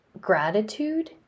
gratitude